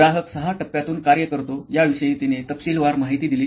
ग्राहक सहा टप्प्यातून काय करतो याविषयी तिने तपशीलवार माहिती दिली